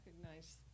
recognize